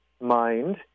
mind